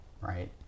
right